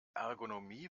ergonomie